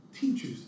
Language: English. teachers